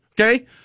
Okay